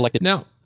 Now